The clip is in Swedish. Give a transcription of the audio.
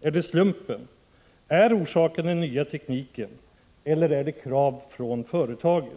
Är det slumpen? Är orsaken den nya tekniken? Eller är det krav från företagen?”